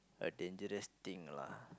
a dangerous thing lah